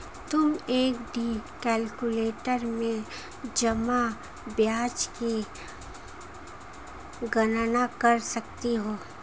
तुम FD calculator में जमा ब्याज की गणना कर सकती हो